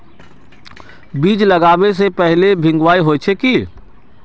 बीज लागबे से पहले भींगावे होचे की?